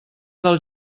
del